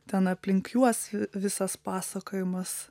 ten aplink juos vi visas pasakojimas